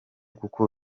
kuko